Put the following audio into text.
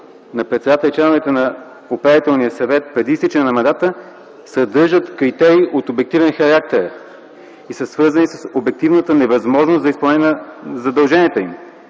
на председателя и членовете на Управителния съвет преди изтичане на мандата съдържат критерии от обективен характер и са свързани с обективната невъзможност за изпълнение на задълженията им.